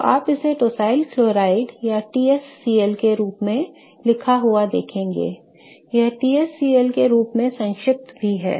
तो आप इसे tosyl chloride या TsCl के रूप में लिखा हुआ देखेंगे यह TsCl के रूप में संक्षिप्त भी है